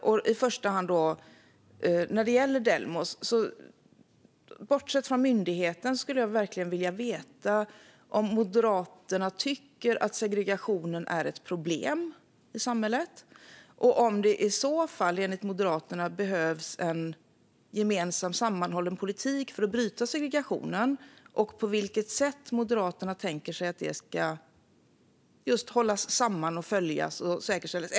När det först gäller Delmos: Bortsett från myndigheten skulle jag verkligen vilja veta om Moderaterna tycker att segregationen är ett problem i samhället, om det i så fall enligt Moderaterna behövs en gemensam, sammanhållen politik för att bryta segregationen samt på vilket sätt Moderaterna tänker sig att denna politik ska hållas samman, följas och säkerställas.